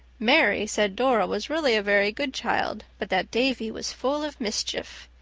mary said dora was really a very good child but that davy was full of mischief.